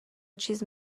چیز